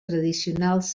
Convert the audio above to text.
tradicionals